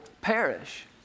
perish